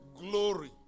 glory